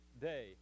day